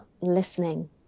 listening